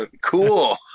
Cool